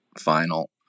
final